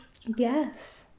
yes